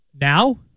Now